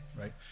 right